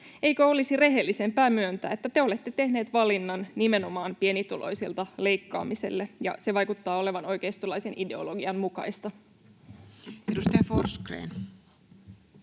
Eikö olisi rehellisempää myöntää, että te olette tehneet valinnan nimenomaan pienituloisilta leikkaamiselle? Ja se vaikuttaa olevan oikeistolaisen ideologian mukaista. [Speech